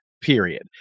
period